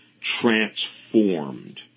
transformed